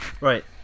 Right